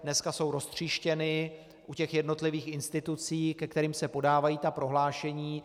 Dneska jsou roztříštěny u jednotlivých institucí, ke kterým se podávají ta prohlášení.